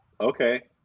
Okay